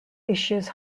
issues